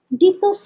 dito